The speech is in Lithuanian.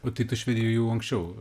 o tai tu švedijoj jau anksčiau